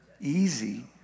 easy